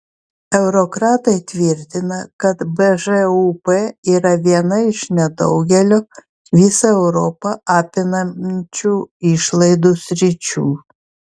eurokratai tvirtina kad bžūp yra viena iš nedaugelio visą europą apimančių išlaidų sričių